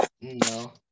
No